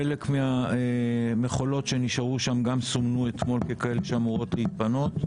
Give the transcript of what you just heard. חלק מהמכולות שנשארו שם גם סומנו אתמול ככאלה שאמורות להתפנות.